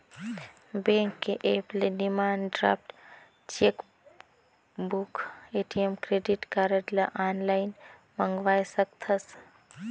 bank के app ले demand draft, chequebook, ATM, credit card ल आनलाइन मंगवाये सकथस